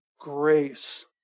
grace